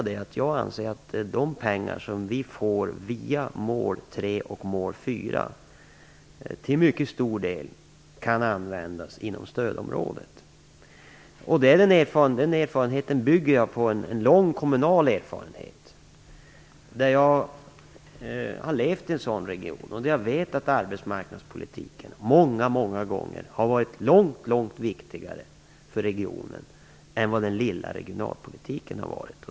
De pengar som vi får via mål 3 och mål 4 kan till mycket stor del användas inom stödområdet. Den åsikten bygger jag på en lång kommunal erfarenhet. Jag har levt i en sådan region och vet att arbetsmarknadspolitiken många gånger har varit långt viktigare för regionen än vad den lilla regionalpolitiken har varit.